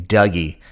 Dougie